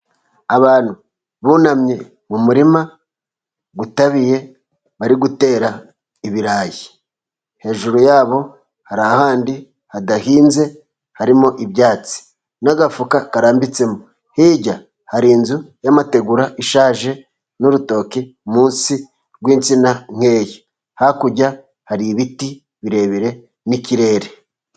Abantu bunamye mu murima utabiye, bari gutera ibirayi. Hejuru ya bo hari ahandi hadahinze, harimo ibyatsi n'agafuka karambitsemo. Hirya hari inzu y'amategura ishaje, n'urutoki munsi rw'insina nkeya. Hakurya hari ibiti birebire n'ikirere.